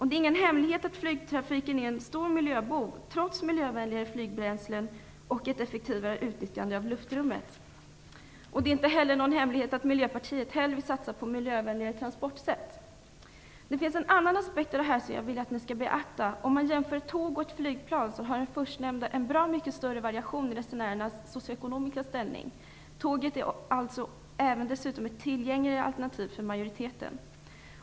Det är ingen hemlighet att flygtrafiken är en stor miljöbov, trots miljövänligare flygbränslen och ett effektivare utnyttjande av luftrummet. Det är inte heller någon hemlighet att Miljöpartiet hellre vill satsa på miljövänligare transportsätt. Det finns en annan aspekt av detta som jag vill att ni skall beakta. Om man jämför ett tåg och ett flygplan finner man att den förstnämnda har en bra mycket större variation i resenärernas socioekonomiska ställning. Tåget är dessutom ett tillgängligare alternativ för majoriteten.